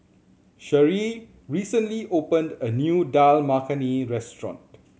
Sharee recently opened a new Dal Makhani Restaurant